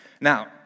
Now